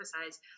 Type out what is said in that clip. emphasize